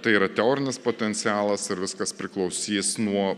tai yra teorinis potencialas ir viskas priklausys nuo